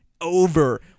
Over